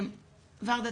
ורדה,